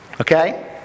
okay